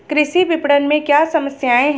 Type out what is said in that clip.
कृषि विपणन में क्या समस्याएँ हैं?